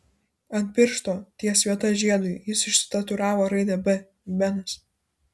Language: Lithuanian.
ant piršto ties vieta žiedui ji išsitatuiravo raidę b benas